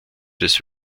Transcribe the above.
des